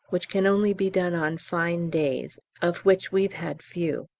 which can only be done on fine days, of which we've had few.